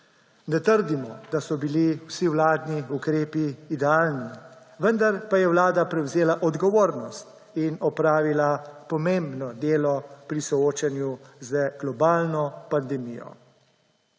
Ne trdimo, da so bili vsi vladni ukrepi idealni, vendar pa je vlada prevzela odgovornost in opravila pomembno delo pri soočanju z globalno pandemijo.